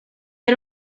era